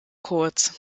kurz